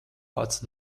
pats